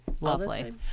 lovely